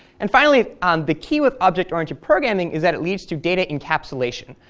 and finally, um the key with object-oriented programming is that it leads to data encapsulation.